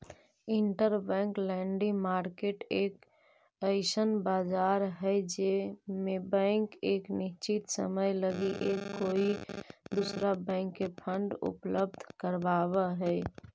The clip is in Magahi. इंटरबैंक लैंडिंग मार्केट एक अइसन बाजार हई जे में बैंक एक निश्चित समय लगी एक कोई दूसरा बैंक के फंड उपलब्ध कराव हई